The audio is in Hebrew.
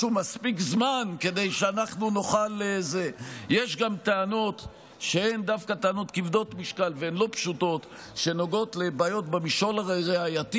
יש גם טענות כבדות משקל ולא פשוטות שנוגעות לבעיות במישור הראייתי,